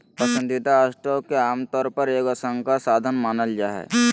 पसंदीदा स्टॉक के आमतौर पर एगो संकर साधन मानल जा हइ